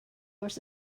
was